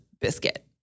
biscuit